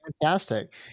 Fantastic